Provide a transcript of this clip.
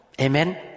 Amen